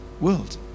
world